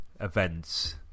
events